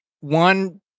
one